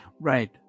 Right